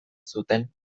zuten